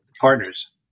partners